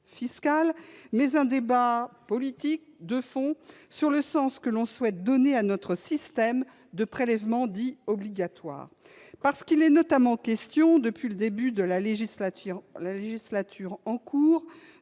fiscale, mais un débat politique de fond sur le sens que l'on souhaite donner à notre système de prélèvements dits « obligatoires ». En effet, il est notamment question, depuis le début de la législature en cours,